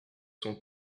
son